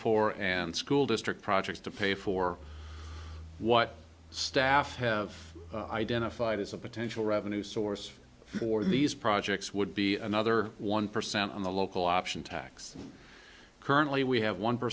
for and school district projects to pay for what staff have identified as a potential revenue source for these projects would be another one percent on the local option tax currently we have one